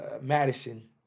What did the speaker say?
Madison